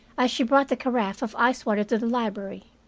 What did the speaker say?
as she brought the carafe of ice-water to the library,